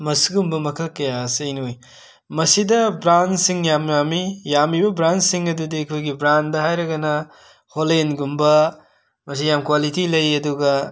ꯃꯁꯤꯒꯨꯝꯕ ꯃꯈꯜ ꯀꯌꯥ ꯑꯁꯤ ꯑꯩꯅ ꯎꯏ ꯃꯁꯤꯗ ꯕ꯭ꯔꯥꯟꯁꯤꯡ ꯌꯥꯝ ꯌꯥꯝꯃꯤ ꯌꯥꯝꯃꯤꯕ ꯕ꯭ꯔꯥꯟꯁꯤꯡ ꯑꯗꯨꯗꯤ ꯑꯈꯣꯏꯒꯤ ꯕ꯭ꯔꯥꯟꯗ ꯍꯥꯏꯔꯒꯅꯥ ꯍꯣꯂꯦꯟꯒꯨꯝꯕꯥ ꯃꯁꯤ ꯌꯥꯝ ꯀ꯭ꯋꯥꯂꯤꯇꯤ ꯂꯩ ꯑꯗꯨꯒꯥ